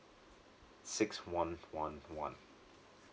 six one one one